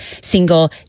single